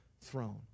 throne